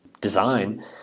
design